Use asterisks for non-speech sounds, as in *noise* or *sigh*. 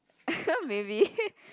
*laughs* maybe *laughs*